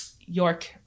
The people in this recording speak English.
York